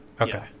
Okay